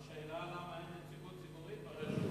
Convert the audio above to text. השאלה היא, למה אין נציגות ציבורית ברשות?